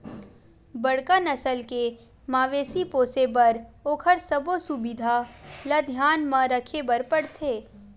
बड़का नसल के मवेशी पोसे बर ओखर सबो सुबिधा ल धियान म राखे बर परथे